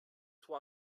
tout